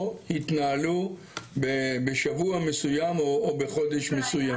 או התנהלו בשבוע מסוים או בחודש מסוים,